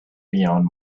beyond